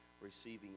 Receiving